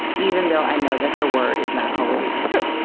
even though i know that her word is not always true.